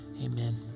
amen